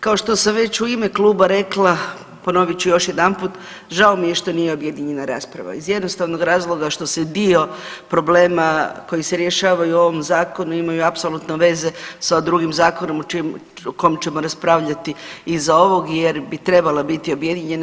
Kao što sam već u ime kluba rekla, ponovit ću još jedanput žao mi je što nije objedinjena rasprava iz jednostavnog razloga što se dio problema koji se rješavaju u ovom zakonu imaju apsolutno veze sa drugim zakonom o kom ćemo raspravljati iza ovog jer bi trebala biti objedinjena.